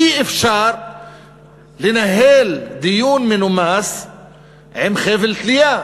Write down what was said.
אי-אפשר לנהל דיון מנומס עם חבל תלייה.